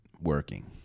working